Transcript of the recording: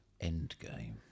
Endgame